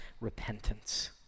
repentance